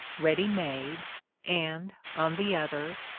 ready-made, and, on the other,